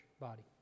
body